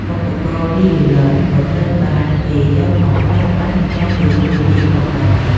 ឧបករណ៍វីយូឡុងក៏ត្រូវបានគេយកមកប្រើប្រាស់យ៉ាងទូលំទូលាយផងដែរ។